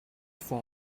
for